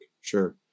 sure